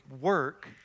work